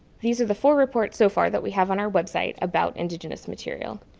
these are the four reports so far that we have on our website about indigenous material.